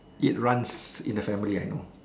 it runs in the family I know